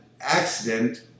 accident